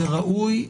זה ראוי,